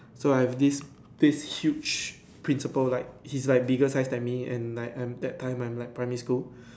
so I have this this huge principal like he's like bigger size than me and like I'm that time I'm like primary school